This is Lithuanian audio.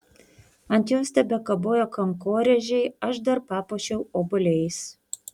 ant jos tebekabojo kankorėžiai aš dar papuošiau obuoliais